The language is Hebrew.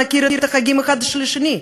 נכיר את החגים אחד של השני.